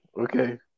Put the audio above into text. Okay